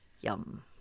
Yum